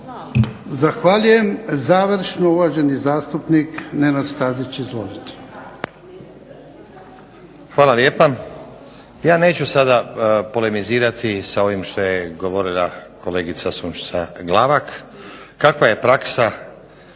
Zahvaljujem. Završno, uvaženi zastupnik Nenad Stazić. Izvolite.